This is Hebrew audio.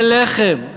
זה לחם,